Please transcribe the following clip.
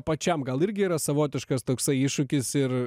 pačiam gal irgi yra savotiškas toksai iššūkis ir